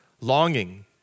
longing